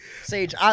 Sage